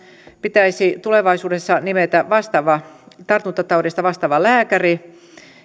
pitäisi tulevaisuudessa nimetä tartuntataudeista vastaava lääkäri